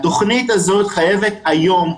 התוכנית הזאת חייבת היום,